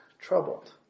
troubled